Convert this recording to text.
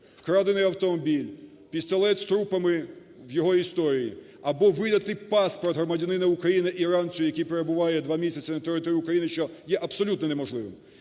вкрадений автомобіль, пістолет з трупами в його історії або видати паспорт громадянина України іранцю, який перебуває 2 місяці на території України, що є абсолютно неможливим,